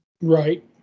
Right